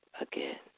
again